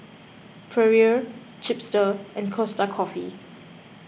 Perrier Chipster and Costa Coffee